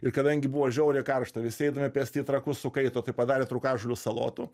ir kadangi buvo žiauriai karšta visi eidami pėsti į trakus sukaito tai padarė trūkažolių salotų